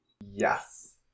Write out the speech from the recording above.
Yes